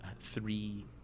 Three